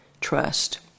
trust